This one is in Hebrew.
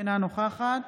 אינה נוכחת